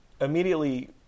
immediately